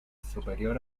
superior